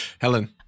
Helen